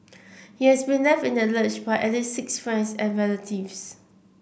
he has been left in the lurch by at six friends and relatives